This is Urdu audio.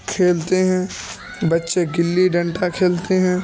کھیلتے ہیں بچے گلی ڈنڈا کھیلتے ہیں